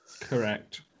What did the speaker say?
Correct